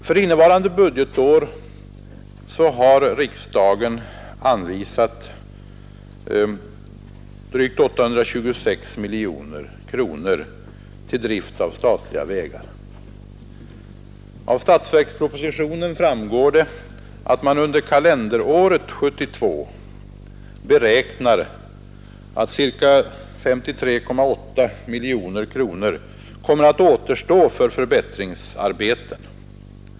För innevarande budgetår har riksdagen anvisat 826,8 miljoner kronor till drift av statliga vägar. Av statsverkspropositionen framgår att man beräknar att under kalenderåret 1972 ca 53,8 miljoner kronor kommer att återstå för förbättringsarbeten.